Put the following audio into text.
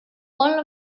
one